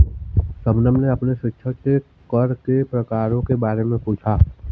शबनम ने अपने शिक्षक से कर के प्रकारों के बारे में पूछा